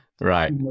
Right